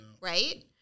right